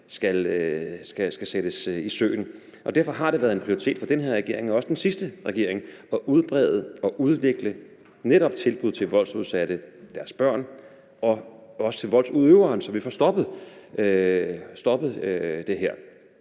skal sættes i søen. Derfor har det været en prioritet for den her regering og også den sidste regering at udbrede og udvikle netop tilbud til voldsudsatte, deres børn og også til voldsudøveren, så vi får stoppet det her.